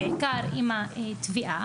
בעיקר עם התביעה,